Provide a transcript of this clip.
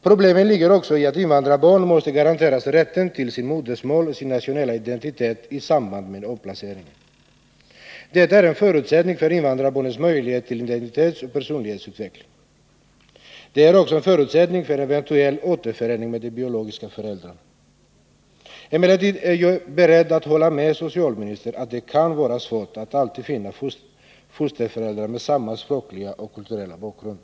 Problemen består också i att invandrarbarn måste garanteras rätten till sitt modersmål och sin nationella identitet i samband med omplacering. Det är en förutsättning för invandrarbarnens möjligheter till identitetsoch personlighetsutveckling. Det är också en förutsättning för en eventuell återförening med de biologiska föräldrarna. Emellertid är jag beredd att hålla med socialministern om att det kan vara svårt att alltid finna fosterföräldrar med samma språkliga och kulturella bakgrund.